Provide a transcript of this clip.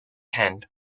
hand